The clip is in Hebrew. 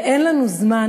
ואין לנו זמן,